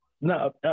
no